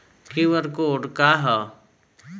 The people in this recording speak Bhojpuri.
क्यू.आर कोड का ह?